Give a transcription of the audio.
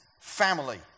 family